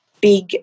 big